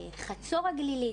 חצור הגלילית,